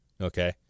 okay